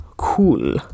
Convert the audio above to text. Cool